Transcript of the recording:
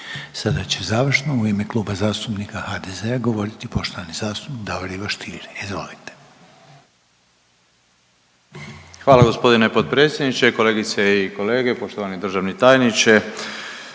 Sada će završno u ime Kluba zastupnika HDZ-a govoriti poštovani zastupnik Davor Ivo Stier. Izvolite. **Stier, Davor Ivo (HDZ)** Hvala gospodine potpredsjedniče. Kolegice i kolege, poštovani državni tajniče.